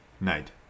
Night